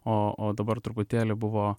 o o dabar truputėlį buvo